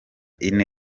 ine